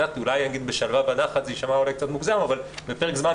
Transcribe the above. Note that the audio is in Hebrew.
אולי אם אני אגיד בשלווה ונחת זה יישמע אולי קצת מוגזם בפרק זמן